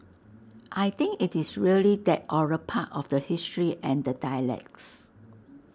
I think IT is really that oral part of the history and the dialects